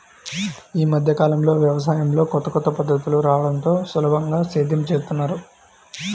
యీ మద్దె కాలంలో యవసాయంలో కొత్త కొత్త పద్ధతులు రాడంతో సులభంగా సేద్యం జేత్తన్నారు